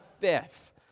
fifth